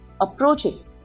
approaching